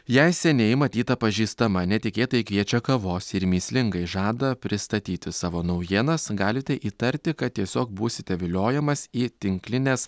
jai seniai matyta pažįstama netikėtai kviečia kavos ir mįslingai žada pristatyti savo naujienas galite įtarti kad tiesiog būsite viliojamas į tinklinės